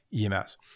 EMS